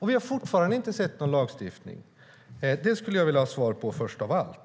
Vi har fortfarande inte sett någon lagstiftning. Det skulle jag vilja ha svar på först av allt.